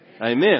Amen